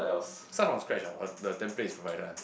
start from scratch ah or the template is provided one